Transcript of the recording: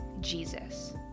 Jesus